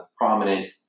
prominent